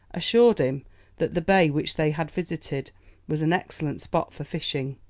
assured him that the bay which they had visited was an excellent spot for fishing,